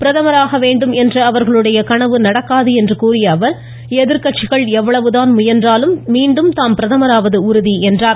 பிரதமராக வேண்டும் என்ற அவர்களுடைய கனவு நடக்காது என்று கூறிய அவர் எதிர்கட்சிகள் எவ்வளவு தான் முயன்றாலும் மீண்டும் தாம் பிரதமராவது உறுதி என்றார்